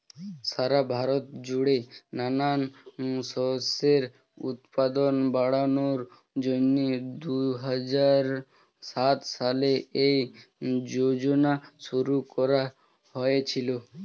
সারা ভারত জুড়ে নানান শস্যের উৎপাদন বাড়ানোর জন্যে দুহাজার সাত সালে এই যোজনা শুরু করা হয়েছিল